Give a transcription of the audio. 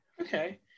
Okay